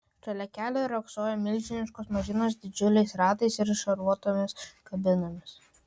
šalia kelio riogsojo milžiniškos mašinos didžiuliais ratais ir šarvuotomis kabinomis